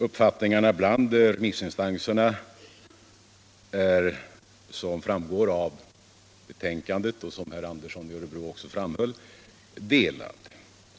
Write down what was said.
Uppfattningen bland remissinstanserna är, såsom framgår av betänkandet och även av vad herr Andersson i Örebro framhöll, delade.